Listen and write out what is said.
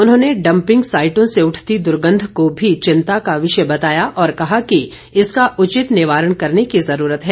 उन्होंने डंपिंग साइटों से उठती दुर्गंध को भी चिंता का विषय बताया और कहा कि इसका उचित निवारण करने की जरूरत है